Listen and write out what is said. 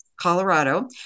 Colorado